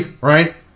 right